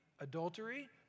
adultery